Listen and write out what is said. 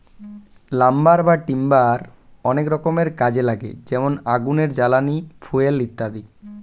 lumber বা timber অনেক রকমের কাজে লাগে যেমন আগুনের জ্বালানি, ফুয়েল ইত্যাদি